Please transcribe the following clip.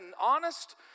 honest